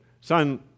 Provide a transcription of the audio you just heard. son